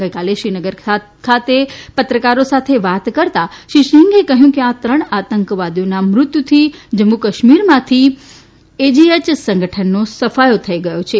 ગઇકાલે શ્રીનગર ખાતે પત્રકારો સાથે વાત કરતાં શ્રી સિઘે કહયું કે આ ત્રણ આતંકવાદીઓનાના મૃત્યુથી મ્મુ કાશ્મીરમાંથી એજીએચ સંગઠનનો સફાથો થઇ ગયો છે